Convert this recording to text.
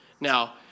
Now